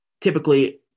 Typically